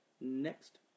Next